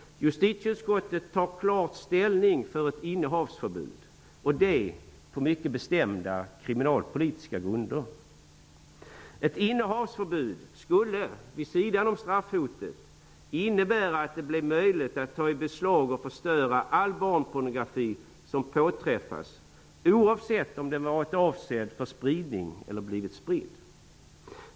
Justitieutskottet tar, på mycket bestämda kriminalpolitiska grunder, klart ställning för ett innehavsförbud. Ett innehavsförbud skulle vid sidan av straffhotet innebära att det blev möjligt att ta i beslag och förstöra all barnpornografi som påträffas, oavsett om den har varit avsedd för spridning eller har blivit spridd.